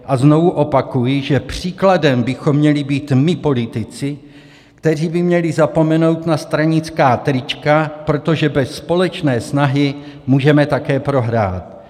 A znovu opakuji, že příkladem bychom měli být my politici, kteří by měli zapomenout na stranická trička, protože bez společné snahy můžeme také prohrát.